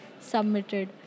submitted